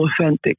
authentic